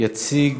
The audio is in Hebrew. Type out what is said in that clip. יציג,